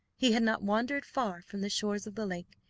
he had not wandered far from the shores of the lake,